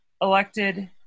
elected